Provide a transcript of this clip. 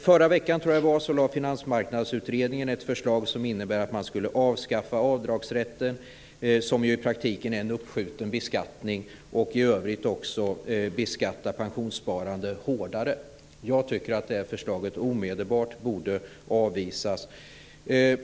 Förra veckan, tror jag det var, lade Finansmarknadsutredningen fram ett förslag om innebär att man skulle avskaffa avdragsrätten, som i praktiken är en uppskjuten beskattning, och i övrigt också beskatta pensionssparande hårdare. Jag tycker att det förslaget omedelbart borde avvisas.